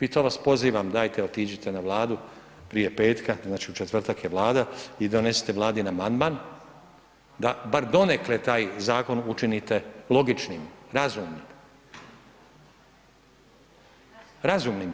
i to vas pozivam dajte otiđite na Vladu prije petka, znači u četvrtak je Vlada i donesite Vladin amandman da bar donekle taj zakon učinite logičnim, razumnim, razumnim.